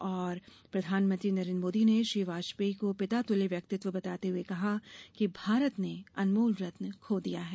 और प्रधानमंत्री नरेन्द्र मोदी ने श्री वाजपेयी को पितातुल्य व्यक्तित्व बताते हुए कहा कि भारत ने अनमोल रत्न खो दिया है